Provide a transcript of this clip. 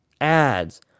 ads